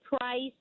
price